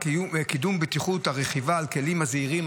הבטיחות ברכיבה על הכלים הזעירים.